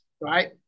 right